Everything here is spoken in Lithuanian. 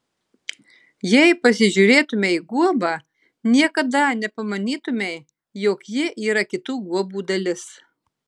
jei pasižiūrėtumei į guobą niekada nepamanytumei jog ji yra kitų guobų dalis